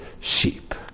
sheep